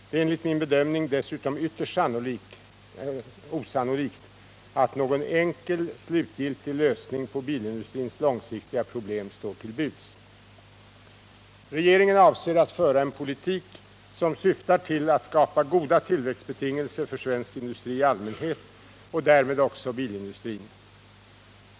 Det är enligt min bedömning dessutom ytterst osannolikt att någon enkel, slutgiltig lösning på bilindustrins långsiktiga problem står till buds. Regeringen avser att föra en politik som syftar till att skapa goda tillväxtbetingelser för svensk industri i allmänhet och därmed också bilindustrin.